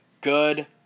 good